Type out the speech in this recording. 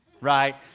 right